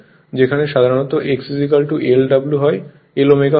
যেখানে সাধারণ x L ω হয়